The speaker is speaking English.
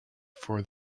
for